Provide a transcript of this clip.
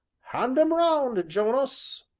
hand em round, jonas.